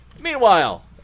Meanwhile